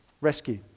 Rescue